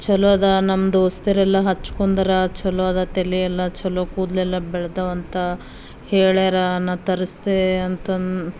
ಚಲೋ ಅದ ನಮ್ಮ ದೋಸ್ತರೆಲ್ಲ ಹಚ್ಕೊಂಡಾರ ಚಲೋ ಅದ ತಲೆ ಎಲ್ಲ ಚಲೋ ಕೂದಲೆಲ್ಲ ಬೆಳ್ದವೆ ಅಂತ ಹೇಳ್ಯಾರ ನಾ ತರಸ್ತೆ ಅಂತಂದು